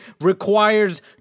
requires